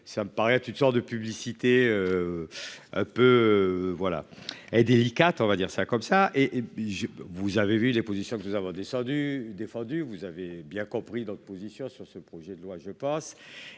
Ça me paraît être une sorte de publicité. Peu voilà et délicate, on va dire ça comme ça et. Vous avez vu les positions que nous avons descendu défendu. Vous avez bien compris dans l'opposition sur ce projet de loi je passe